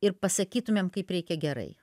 ir pasakytumėm kaip reikia gerai